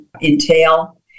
entail